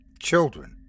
Children